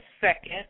second